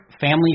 family